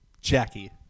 Jackie